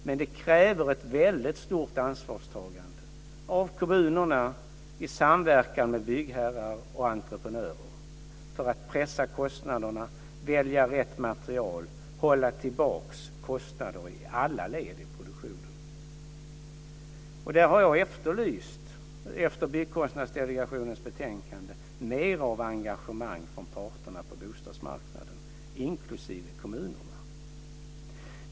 Men det kräver ett väldigt stort ansvarstagande av kommunerna i samverkan med byggherrar och entreprenörer, för att pressa kostnaderna, välja rätt material och hålla tillbaka kostnader i alla led i produktionen. Där har jag efter Byggkostnadsdelegationens betänkande efterlyst mer av engagemang från parterna på bostadsmarknaden, inklusive kommunerna.